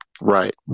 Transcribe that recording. right